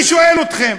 אני שואל אתכם.